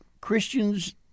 christians